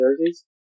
jerseys